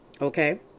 okay